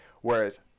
Whereas